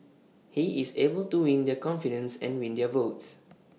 he is able to win their confidence and win their votes